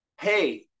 hey